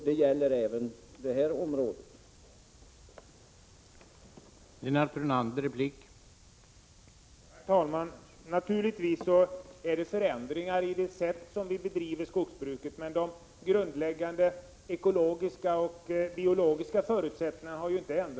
Det gäller även för det område vi nu diskuterar.